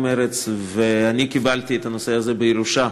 ואני קיבלתי את הנושא הזה בירושה